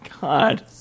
God